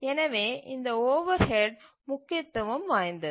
எனவே இந்த ஓவர்ஹெட் முக்கியத்துவம் வாய்ந்தது